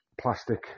plastic